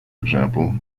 example